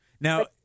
Now